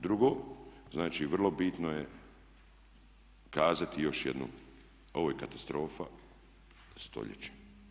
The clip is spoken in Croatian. Drugo, znači vrlo bitno je kazati još jednom ovo je katastrofa stoljeća.